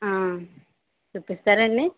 చూపిస్తారండి